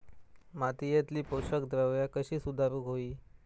मातीयेतली पोषकद्रव्या कशी सुधारुक होई?